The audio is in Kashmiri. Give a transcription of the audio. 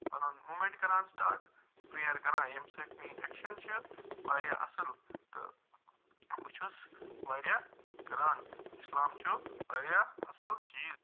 پنُن کران سِٹاٹ پِرٛیر کَران تہٕ ییٚمہِ سۭتۍ میٛٲنۍ اٮ۪کشن چھِ وارِیاہ اصٕل تہٕ بہٕ چھُس وارِیاہ کَران اِسلام چھُ وارِیاہ اصٕل چیٖز